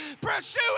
pursue